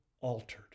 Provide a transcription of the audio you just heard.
altered